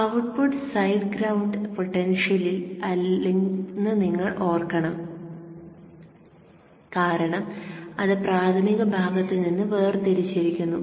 output side ground പൊട്ടൻഷ്യലിൽ അല്ലെന്ന് നിങ്ങൾ ഓർക്കണം കാരണം അത് പ്രാഥമിക ഭാഗത്ത് നിന്ന് വേർതിരിച്ചിരിക്കുന്നു